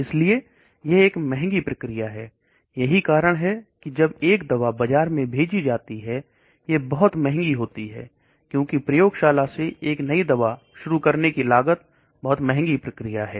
इसलिए यह एक महंगी प्रक्रिया है यही कारण है कि जब एक दवा बाजार में भेजी जाती है यह बहुत नहीं होती है क्योंकि प्रयोगशाला से एक नई दवा शुरू करने की लागत बहुत महंगी प्रक्रिया है